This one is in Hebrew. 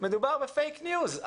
מדובר בפייק ניוז.